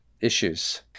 issues